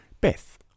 Beth